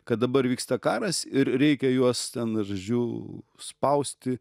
kad dabar vyksta karas ir reikia juos ten žodžiu spausti